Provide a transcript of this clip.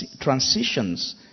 transitions